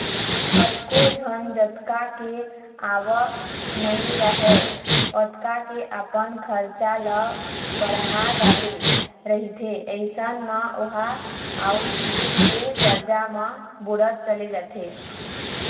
कतको झन जतका के आवक नइ राहय ओतका के अपन खरचा ल बड़हा डरे रहिथे अइसन म ओहा अउ धीरे धीरे करजा म बुड़त चले जाथे